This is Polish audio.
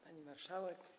Pani Marszałek!